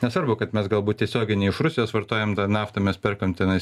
nesvarbu kad mes galbūt tiesiogiai ne iš rusijos vartojam naftą mes perkam tenais